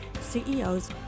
CEOs